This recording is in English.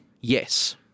Yes